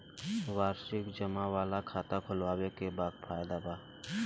वार्षिकी जमा वाला खाता खोलवावे के का फायदा बा?